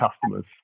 customers